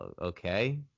okay